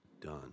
done